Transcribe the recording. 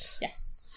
Yes